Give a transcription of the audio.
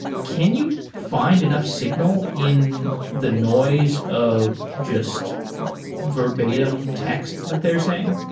can you find enough signal in the noise of just verbatim text that they're saying?